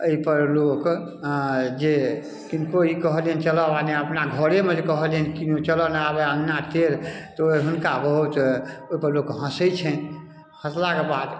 अइपर लोक अऽ जे किनको ई कहलियनि जे चलऽ आबय नहि अपना घरेमे जे कहलियनि किन चलऽ ने आबय अङ्गना टेढ़ तऽ हुनका बहुत ओइपर लोक हँसय छनि हँसलाके बाद